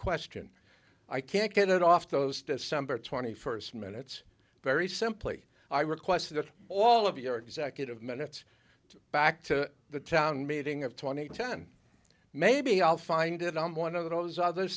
question i can't get off those december twenty first minutes very simply i request that all of your executive minutes back to the town meeting of twenty ten maybe i'll find it on one of those other